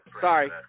Sorry